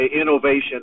innovation